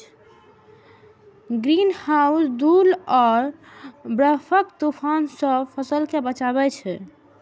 greenhouse धूल आ बर्फक तूफान सं फसल कें बचबै छै